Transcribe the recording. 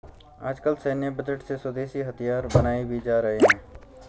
आजकल सैन्य बजट से स्वदेशी हथियार बनाये भी जा रहे हैं